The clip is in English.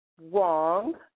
wrong